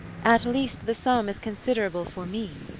at least the sum is considerable for me.